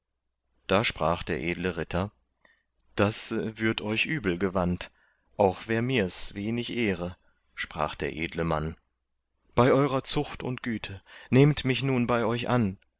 da sprach der edle ritter das würd euch übel gewandt auch wär mirs wenig ehre sprach der edle mann bei eurer zucht und güte nehmt mich nun bei euch an